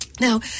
Now